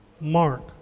Mark